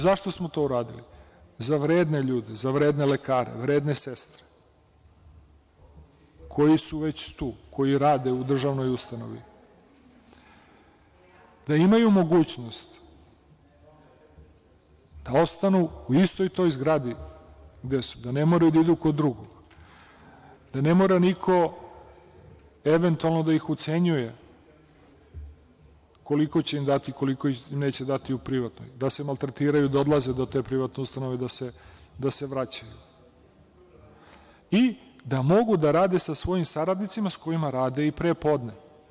Zašto smo to uradili za vredne ljude, za vredne lekare, za vredne sestre, koji su već tu, koji rade u državnoj ustanovi da imaju mogućnost da ostanu u istoj toj zgradi gde su, da ne moraju da idu kod drugog, da ne mora niko, eventualno, da ih ucenjuje koliko će im dati, koliko im neće dati u privatnoj, da se maltretiraju da odlaze do te privatne ustanove i da se vraćaju i da mogu da rade sa svojim saradnicima sa kojima rade i prepodne.